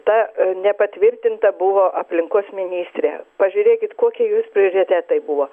ta nepatvirtinta buvo aplinkos ministrė pažiūrėkit kokie jos prioritetai buvo